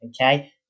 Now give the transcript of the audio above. okay